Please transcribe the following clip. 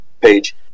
page